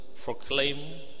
proclaim